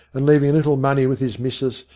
and leav ing a little money with his missis,